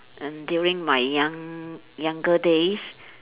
and during my young younger days